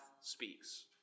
speaks